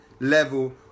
level